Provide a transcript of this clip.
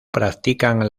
practican